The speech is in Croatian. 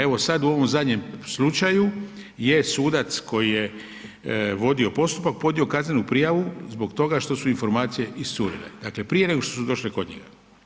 Evo sad u ovom zadnjem slučaju je sudac koji je vodio postupak podnio kaznenu prijavu zbog toga što su informacije iscurile, dakle prije nego što su došle kod njega.